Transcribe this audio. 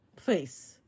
face